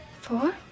Four